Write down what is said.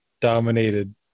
dominated